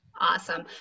Awesome